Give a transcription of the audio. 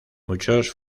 muchos